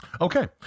Okay